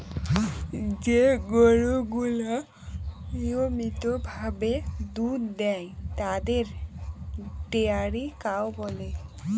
যে গরুগুলা নিয়মিত ভাবে দুধ দেয় তাদের ডেয়ারি কাউ বলে